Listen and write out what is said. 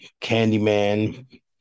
Candyman